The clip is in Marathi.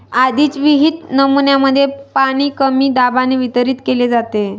आधीच विहित नमुन्यांमध्ये पाणी कमी दाबाने वितरित केले जाते